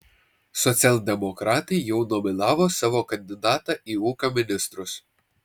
socialdemokratai jau nominavo savo kandidatą į ūkio ministrus